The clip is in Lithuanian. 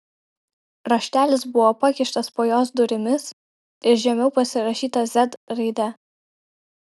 raštelis buvo pakištas po jos durimis ir žemiau pasirašyta z raide